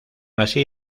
así